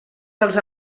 dels